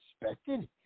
expected